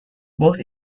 both